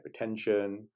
hypertension